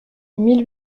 mille